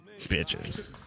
Bitches